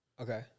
Okay